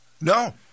No